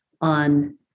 on